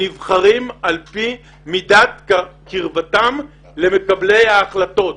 נבחרים על פי מידת קירבתם למקבלי ההחלטות.